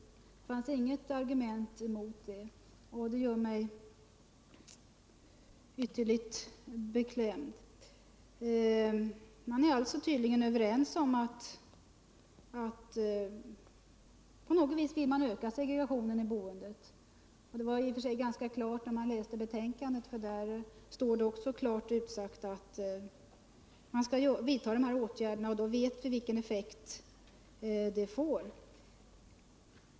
Det finns inget argument mot detta. och det gör mig ytterligt beklämd. Man är tydligen överens om att på något vis öka segregationen i boendet. Det fick man i och för sig klart för sig när man läste betänkandet, för där står klart utsagt att de här åtgärderna skall vidtas — och då vet vi vilka effekter det får.